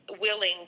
willing